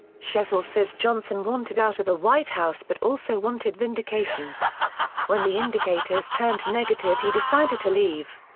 shesol says johnson wanted out of the white house but also wanted vindication when the indicators turned negative he decided to leave.